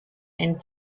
and